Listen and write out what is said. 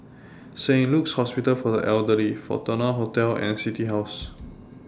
Saint Luke's Hospital For The Elderly Fortuna Hotel and City House